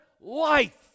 life